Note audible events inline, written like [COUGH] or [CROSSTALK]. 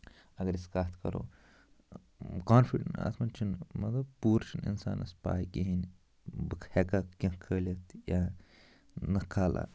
اَگر أسۍ کَتھ کرو [UNINTELLIGIBLE] اَتھ منٛز چھِنہٕ مطلب پوٗرٕ چھُنہٕ اِنسانَس پَے کِہیٖنۍ بہٕ ہٮ۪کاہ کیٚنٛہہ کھٲلِتھ تہِ یا نَہ کھالا